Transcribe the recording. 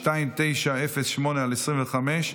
פ/2908/25,